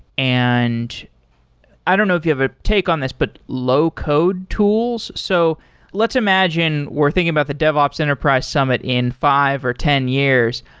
and i don't know if you have a take on this, but low-code tools. so let's imagine we're thinking about the devops enterprise summit in five or ten years.